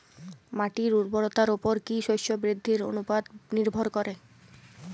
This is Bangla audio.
মাটির উর্বরতার উপর কী শস্য বৃদ্ধির অনুপাত নির্ভর করে?